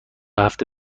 هفته